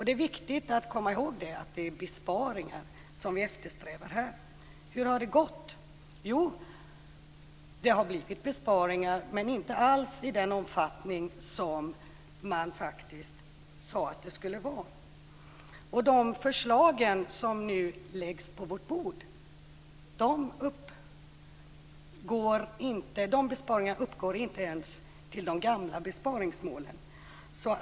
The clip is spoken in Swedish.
Det är viktigt att komma ihåg detta: Det är besparingar vi eftersträvar här. Hur har det gått? Jo, det har blivit besparingar, men inte alls i den omfattning som man sade att det skulle bli. Och de förslag till besparingar som nu läggs på vårt bord uppgår inte ens till de gamla besparingsmålen.